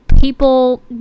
people